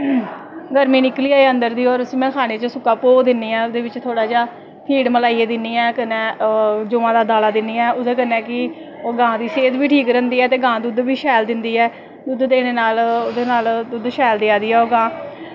गर्मी निकली जाए अन्दर दी और में उसी सुक्का घोह् दिन्नी आं ओह्दे बिच्च थोह्ड़ा जा फीड मलाईयै दिन्नी आं कन्नैं जवां दा दाला दिन्नी आं ओह्दे कन्नैं की गां दी सेह्त बी ठीक रैंह्दी ऐ ते दुध्द बी शैल दिंदी ऐ ओह्दे नाल दुद्द सैल देआ दी ऐ गां